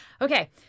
Okay